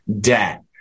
debt